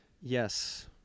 Yes